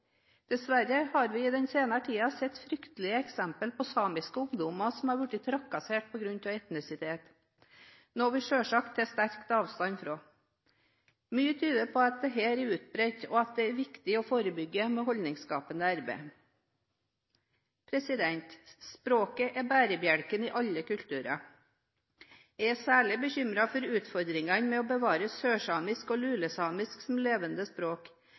Dessverre har vi i den senere tiden sett fryktelige eksempler på at samiske ungdommer har blitt trakassert på grunn av etnisitet, noe vi selvfølgelig tar sterk avstand fra. Mye tyder på at dette er utbredt, og at det er viktig å forebygge med holdningsskapende arbeid. Språket er bærebjelken i alle kulturer. Jeg er særlig bekymret for utfordringene med å bevare sørsamisk og lulesamisk som levende språk,